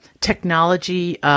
technology